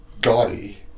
gaudy